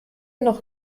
noch